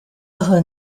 aha